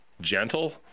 gentle